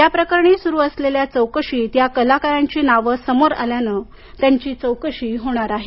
या प्रकरणी सुरू असलेल्या चौकशीत या कलाकारांची नावं समोर आल्यानं त्यांची चौकशी होणार आहे